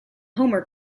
homer